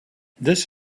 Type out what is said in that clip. this